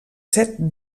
set